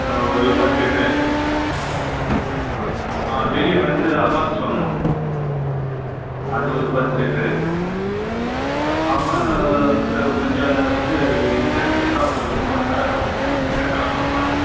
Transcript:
ஒரு பத்து லிட்ரு ஆ வெளியே வந்து அபாக்ஸ் வாங்கணும் அது ஒரு பத்து லிட்ரு அப்புறம் து கொஞ்சம் இது இது அடிக்கிறதுக்குலாம் ஒரு இன்னொரு கலர் ஒன்று தங்க கலரில் ஒன்று வாங்கணும்